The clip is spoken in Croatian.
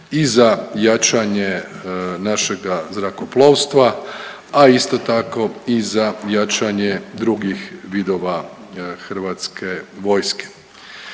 i za jačanje našega zrakoplovstva, a isto tako i za jačanje drugih vidova hrvatske vojske.